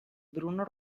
bruno